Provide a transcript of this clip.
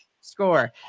Score